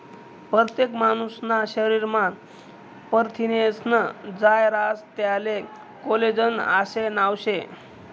परतेक मानूसना शरीरमा परथिनेस्नं जायं रास त्याले कोलेजन आशे नाव शे